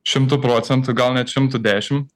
šimtu procentų gal net šimtu dešim